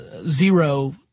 zero